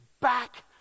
back